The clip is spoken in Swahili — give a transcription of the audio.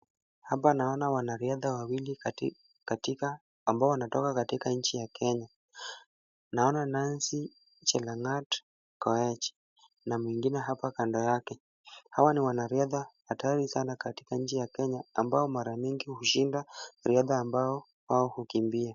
Hapa naona wanariadha wawili ambao wanatoka katika nchi ya Kenya. Naona Nancy Chelang'at Koech na mwingine hapa kando yake. Hawa ni wanariadha hatari sana katika nchi ya Kenya ambao mara mingi hushinda riadha ambao wao hukimbia.